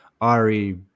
Ari